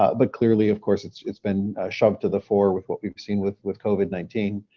ah but clearly, of course, it's it's been shoved to the fore with what we've seen with with covid nineteen.